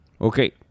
Okay